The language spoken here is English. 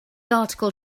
article